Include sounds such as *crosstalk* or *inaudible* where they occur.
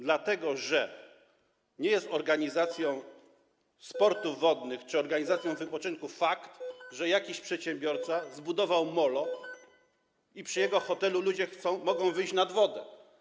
Dlatego że nie jest organizacją *noise* sportów wodnych czy organizacją wypoczynku fakt, że jakiś przedsiębiorca zbudował molo i przy jego hotelu ludzie mogą wyjść nad wodę.